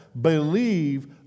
believe